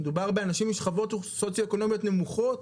כשמדובר באנשים משכבות סוציו-אקונומיות נמוכות,